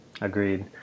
Agreed